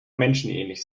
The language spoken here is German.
menschenähnlich